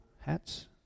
hats